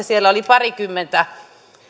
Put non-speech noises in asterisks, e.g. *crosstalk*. *unintelligible* siellä oli